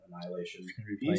annihilation